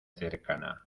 cercana